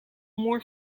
more